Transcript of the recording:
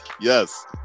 yes